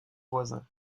voisin